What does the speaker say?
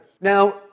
Now